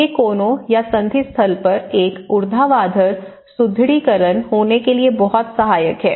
ये कोनों या संधि स्थल पर एक ऊर्ध्वाधर सुदृढीकरण होने के लिए बहुत सहायक है